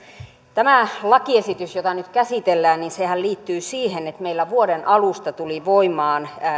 tämä lakiesityshän jota nyt käsitellään liittyy siihen että meillä vuoden alusta tuli voimaan